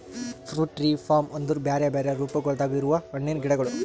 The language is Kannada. ಫ್ರೂಟ್ ಟ್ರೀ ಫೂರ್ಮ್ ಅಂದುರ್ ಬ್ಯಾರೆ ಬ್ಯಾರೆ ರೂಪಗೊಳ್ದಾಗ್ ಇರವು ಹಣ್ಣಿನ ಗಿಡಗೊಳ್